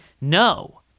no